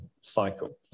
cycle